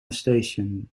station